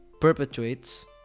perpetuates